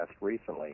recently